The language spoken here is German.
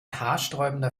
haarsträubender